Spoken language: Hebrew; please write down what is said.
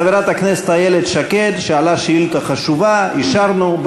חברת הכנסת איילת שקד שאלה שאילתה חשובה, אישרנו.